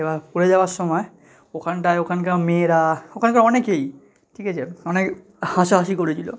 এবার পড়ে যাওয়ার সময় ওখানটায় ওখানকার মেয়েরা ওখানকার অনেকেই ঠিক আছে মানে হাসাহাসি করেছিলো